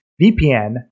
VPN